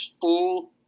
full